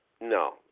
no